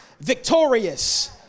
victorious